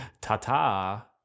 Ta-ta